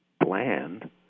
bland